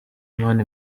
mani